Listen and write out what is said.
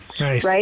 right